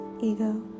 ego